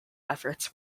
efforts